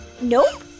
Nope